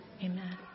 amen